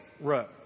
road